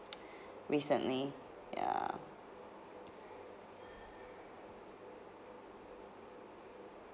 recently ya